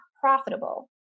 profitable